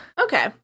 Okay